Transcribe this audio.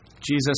Jesus